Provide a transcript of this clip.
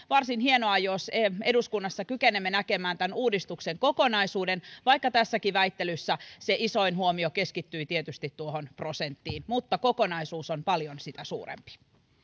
varsin hienoa jos eduskunnassa kykenemme näkemään tämän uudistuksen kokonaisuuden vaikka tässäkin väittelyssä se isoin huomio keskittyi tietysti tuohon prosenttiin mutta kokonaisuus on paljon sitä suurempi